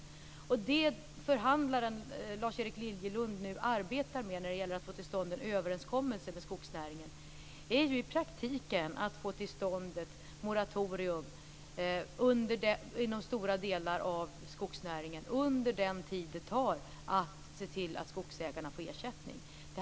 Det är detta som förhandlaren Lars-Erik Liljelund nu arbetar med när det gäller att få till stånd en överenskommelse för skogsnäringen. Det handlar i praktiken om att få till stånd ett moratorium inom stora delar av skogsnäringen under den tid som det tar att se till att skogsägarna får ersättning.